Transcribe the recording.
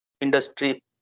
industry